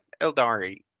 Eldari